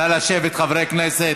נא לשבת, חברי הכנסת,